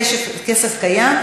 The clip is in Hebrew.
כסף קיים,